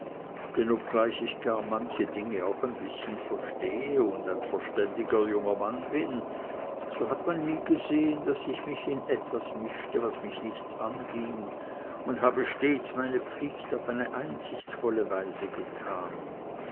denn obgleich ich gar manche dinge auch ein bißchen verstehe und ein verständiger junger mann bin so hat man nie gesehen daß ich mich in etwas mischte was mich nichts anging und habe stets meine pflicht auf eine einsichtsvolle weise getan